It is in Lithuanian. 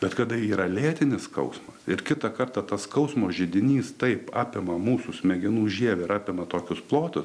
bet kada yra lėtinis skausmas ir kitą kartą tas skausmo židinys taip apima mūsų smegenų žievę ir apima tokius plotus